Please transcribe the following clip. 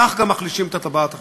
כך גם מחלישים את הטבעת החיצונית.